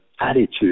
attitude